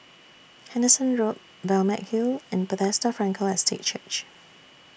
Henderson Road Balmeg Hill and Bethesda Frankel Estate Church